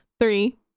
Three